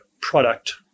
product